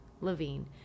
Levine